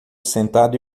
sentado